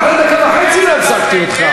גם אחרי דקה וחצי לא הפסקתי אותך.